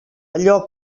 allò